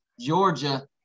Georgia